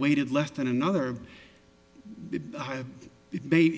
weighted less than another baby